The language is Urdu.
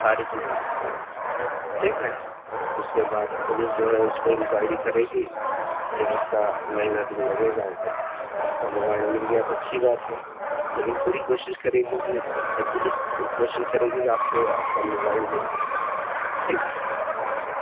ساری چیزیں لکھیے گا ٹھیک ہے اس کے بعد پولس جو ہے اس پہ انکوائری کرے گی ایک ہفتہ مہینہ دن لگے گا اگر آپ کا موبائل مل گیا تو اچھی بات ہے لیکن پوری کوشش کرے گی کہ پولس کوشش کرے گی کہ آپ کو آپ کا موبائل مل جائے ٹھیک ہے